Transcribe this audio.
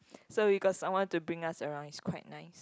so we got someone to bring us around it's quite nice